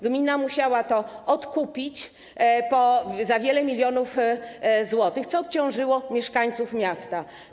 Gmina musiała to odkupić za wiele milionów złotych, co obciążyło mieszkańców miasta.